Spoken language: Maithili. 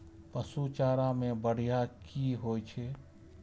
पशु चारा मैं बढ़िया की होय छै?